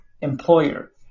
employer